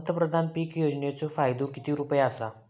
पंतप्रधान पीक योजनेचो फायदो किती रुपये आसा?